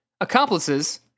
Accomplices